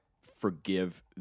forgive